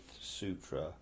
Sutra